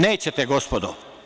Nećete, gospodo.